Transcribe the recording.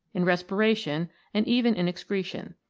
in respiration and even in excretion.